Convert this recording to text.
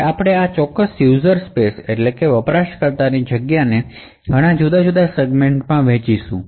હવે આપણે આ યુઝર સ્પેસને ઘણા જુદા જુદા સેગમેન્ટમાં વહેંચીશું